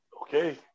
Okay